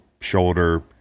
shoulder